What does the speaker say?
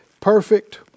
perfect